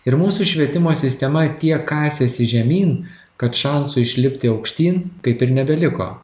ir mūsų švietimo sistema tiek kasėsi žemyn kad šansų išlipti aukštyn kaip ir nebeliko